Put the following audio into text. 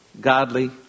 godly